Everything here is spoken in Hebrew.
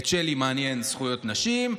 את שלי מעניין זכויות נשים,